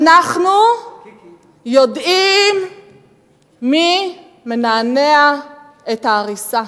אנחנו יודעים מי מנענע את העריסה.